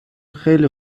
خیلی